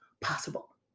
possible